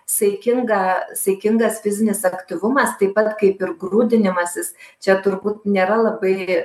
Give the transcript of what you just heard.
saikingą saikingas fizinis aktyvumas taip pat kaip ir grūdinimasis čia turbūt nėra labai